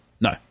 No